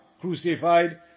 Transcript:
crucified